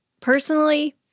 personally